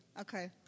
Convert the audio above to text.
Okay